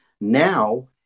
Now